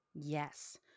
Yes